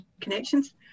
connections